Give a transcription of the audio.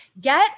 get